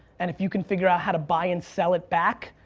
and if you can figure out how to buy and sell it back,